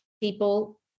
people